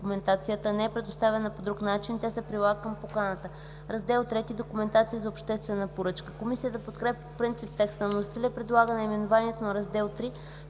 документацията не е предоставена по друг начин, тя се прилага към поканата.” „Раздел ІІІ – „Документация за обществена поръчка”. Комисията подкрепя по принцип текста на вносителя и предлага наименованието на Раздел